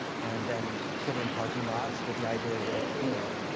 and then put in parking lots, with the idea that, you know,